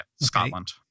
Scotland